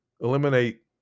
eliminate